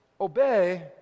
obey